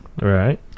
Right